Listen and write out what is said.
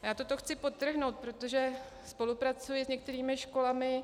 Já toto chci podtrhnout, protože spolupracuji s některými školami.